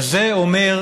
וזה אומר,